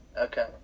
Okay